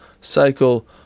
cycle